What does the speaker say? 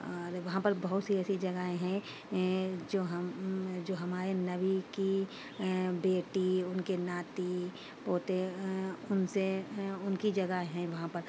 اور وہاں پر بہت سی ایسی جگہیں ہیں جو ہم ہمارے نبی کی بیٹی ان کے ناتی پوتے ان سے ان کی جگہ ہے وہاں پر